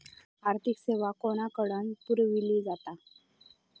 आर्थिक सेवा कोणाकडन पुरविली जाता?